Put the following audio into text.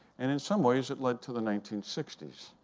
and in some ways, it led to the nineteen sixty s.